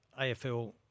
AFL